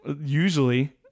usually